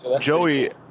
Joey –